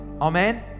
amen